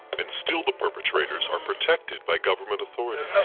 and still the perpetrators are protected by government authorities.